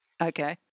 Okay